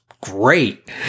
great